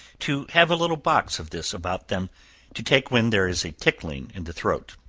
to have a little box of this about them to take when there is a tickling in the throat.